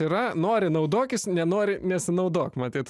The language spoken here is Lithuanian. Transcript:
yra nori naudokis nenori nesinaudok matyt